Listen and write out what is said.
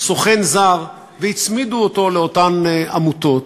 "סוכן זר" והצמידו אותו לאותן עמותות,